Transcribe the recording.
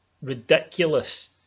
ridiculous